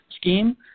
scheme